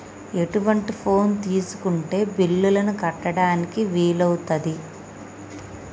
ఎటువంటి ఫోన్ తీసుకుంటే బిల్లులను కట్టడానికి వీలవుతది?